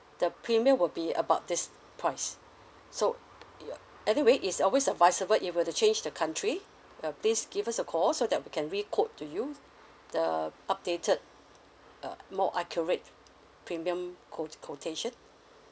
the premium will be about this price so ya anyway it's always advisable if you were to change the country uh please give us a call so that we can re-quote to you the updated uh more accurate premium quot~ quotation